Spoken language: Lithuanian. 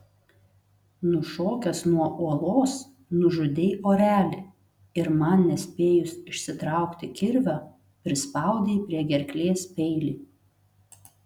nušokęs nuo uolos nužudei orelį ir man nespėjus išsitraukti kirvio prispaudei prie gerklės peilį